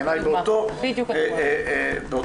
בעיני באותו משקל.